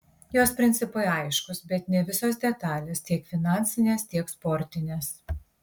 jos principai aiškūs bet ne visos detalės tiek finansinės tiek sportinės